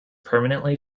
permanently